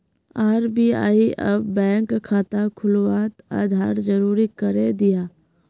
RBI अब bank खाता खुलवात आधार ज़रूरी करे दियाः